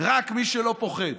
רק מי שלא פוחד.